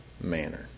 manner